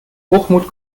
hochmut